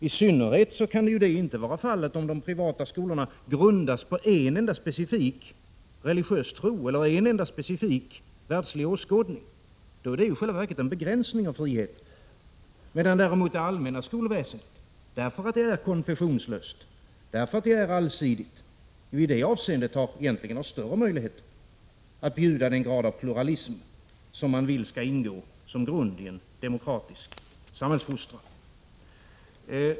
I synnerhet kan det inte vara fallet, om de privata skolorna grundas på en enda specifik religiös tro eller en enda — Prot. 1986/87:46 specifik världslig åskådning. Då är det ju i själva verket en begränsning av 10 december 1986 friheten, medan däremot det allmänna skolväsendet — därför at dt är Z—— H— konfessionslöst, därför att det är allsidigt — i det avseendet egentligen har större möjligheter att bjuda den grad av pluralism som man vill skall ingå som grund i en demokratisk samhällsfostran.